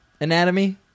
anatomy